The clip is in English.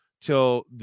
till